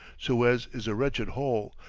suez is a wretched hole,